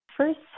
first